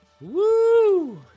Woo